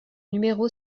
numéro